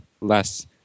less